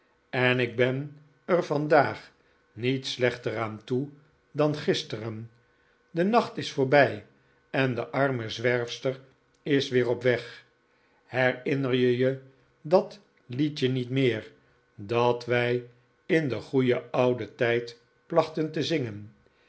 en ik ben er vandaag niet slechter aan toe dan gisteren de nacht is voorbij en de arme zwerfster is weer op weg herinner je je dat liedje niet meer dat wij in den goeien ouden tijd plachten te zingen